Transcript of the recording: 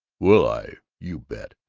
will i? you bet!